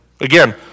Again